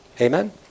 Amen